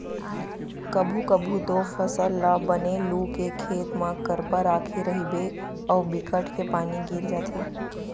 कभू कभू तो फसल ल बने लू के खेत म करपा राखे रहिबे अउ बिकट के पानी गिर जाथे